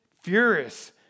furious